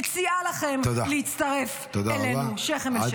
מציעה לכם להצטרף אלינו שכם אל שכם.